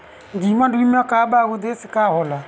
जीवन बीमा का उदेस्य का होला?